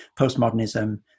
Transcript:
postmodernism